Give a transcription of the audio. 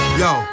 yo